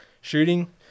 Shooting